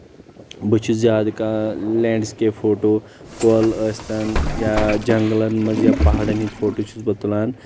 بہٕ چُھس زیادٕ کانٛہہ لیٚنٛڈ سِکیپ فوٹو کۄل ٲسۍتن یا جنٛگلَن منٛز یا پہاڑن ہٕنٛدۍ فوٹو چھُس بہٕ تُلان